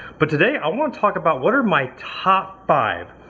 but today i want to talk about what are my top five.